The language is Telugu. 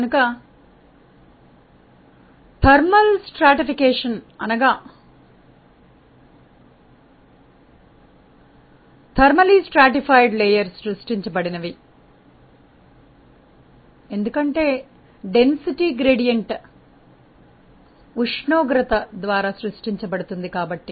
కనుక థెర్మల్ స్ట్రాటిఫికేషన్ అనగా థెర్మలీ స్ట్రాటిఫైడ్ లేయర్ సృష్టించబడినవి ఎందుకంటే సాంద్రత ప్రవణత ఉష్ణోగ్రత ద్వారా సృష్టించబడుతుంది కాబట్టి